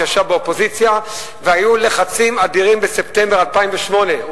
שכשהוא ישב באופוזיציה והיו לחצים אדירים בספטמבר 2008,